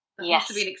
Yes